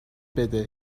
بده